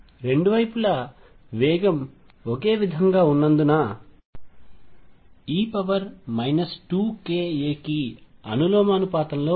రెండు వైపులా వేగం ఒకే విధంగా ఉన్నందున e 2ka కి అనులోమానుపాతంలో ఉంటుంది